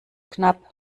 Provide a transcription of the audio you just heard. knapp